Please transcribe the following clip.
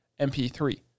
MP3